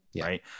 Right